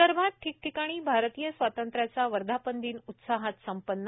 विदर्भात ठिकठिकाणी भारतीय स्वातंत्र्याचा वर्धापन दिन उत्साहात संपन्न